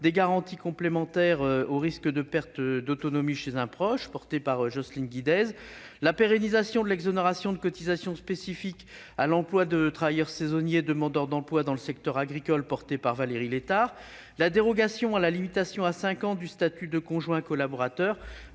des garanties complémentaires au risque de perte d'autonomie chez un proche, portée par Jocelyne Guidez, à la pérennisation de l'exonération de cotisation spécifique à l'emploi de travailleurs saisonniers demandeurs d'emploi (TO-DE) dans le secteur agricole, portée par Valérie Létard, et à la dérogation à la limitation à cinq ans du statut de conjoint collaborateur,